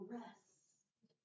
rest